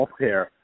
healthcare